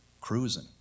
cruising